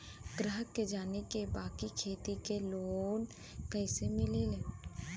ग्राहक के जाने के बा की खेती पे लोन कैसे मीली?